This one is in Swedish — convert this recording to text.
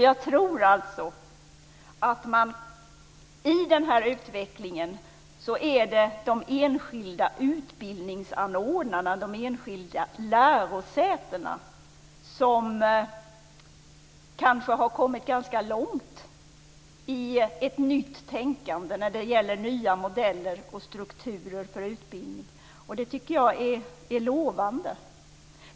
Jag tror alltså att i den här utvecklingen är det kanske de enskilda utbildningsanordnarna, de enskilda lärosätena, som har kommit ganska långt i ett nytt tänkande när det gäller nya modeller och strukturer för utbildning. Det tycker jag är lovande.